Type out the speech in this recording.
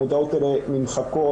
המודעות האלה נמחקות,